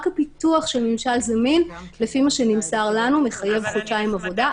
רק הפיתוח של ממשל זמין לפי מה שנמסר לנו מחייב חודשיים עבודה.